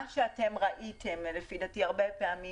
מה שראיתם פעמים רבות,